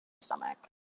stomach